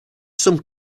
some